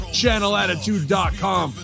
channelattitude.com